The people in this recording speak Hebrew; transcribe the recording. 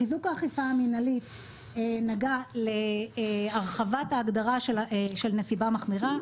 חיזוק האכיפה המנהלית נגעה להרחבת ההגדרה של נסיבה מחמירה.